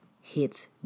hits